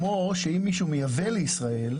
כמו שאם מישהו מייבא לישראל,